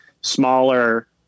smaller